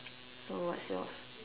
so what's yours